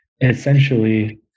essentially